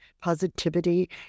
positivity